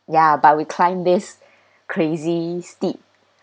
ya but we climb this crazy steep